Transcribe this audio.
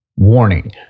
Warning